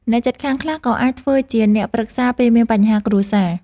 អ្នកជិតខាងខ្លះក៏អាចធ្វើជាអ្នកប្រឹក្សាពេលមានបញ្ហាគ្រួសារ។